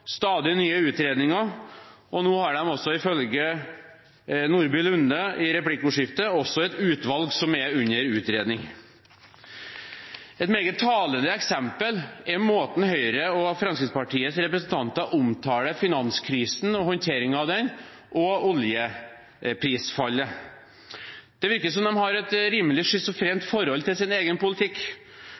stadig nye utredninger, og nå har de også – ifølge Nordby Lunde i replikkordskiftet – et utvalg som er under utredning. Et meget talende eksempel er måten Høyres og Fremskrittspartiets representanter omtaler finanskrisen og håndteringen av den, og oljeprisfallet. Det virker som om de har et rimelig schizofrent forhold til sin egen politikk,